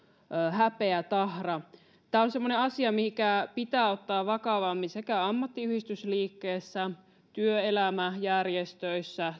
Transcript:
häpeätahra tämä on sellainen asia mikä pitää ottaa vakavammin sekä ammattiyhdistysliikkeessä työelämäjärjestöissä